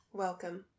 Welcome